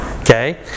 okay